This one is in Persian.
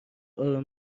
آروم